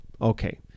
Okay